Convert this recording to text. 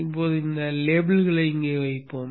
இப்போது இந்த லேபிள்களை இங்கே வைப்போம்